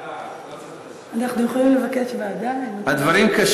אני יכול לבקש ועדה, לא צריך,